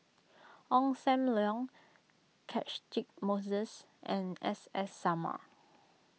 Ong Sam Leong Catchick Moses and S S Sarma